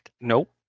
nope